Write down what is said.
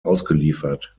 ausgeliefert